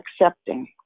accepting